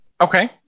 Okay